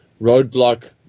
roadblock